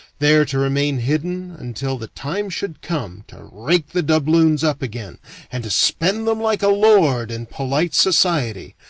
there to remain hidden until the time should come to rake the doubloons up again and to spend them like a lord in polite society,